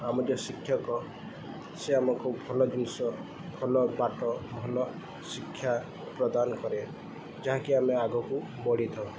ଆମ ଯେଉଁ ଶିକ୍ଷକ ସେ ଆମକୁ ଭଲ ଜିନିଷ ଭଲ ବାଟ ଭଲ ଶିକ୍ଷା ପ୍ରଦାନ କରେ ଯାହାକି ଆମେ ଆଗକୁ ବଢ଼ିଥାଉ